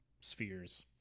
spheres